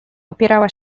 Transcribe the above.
opierała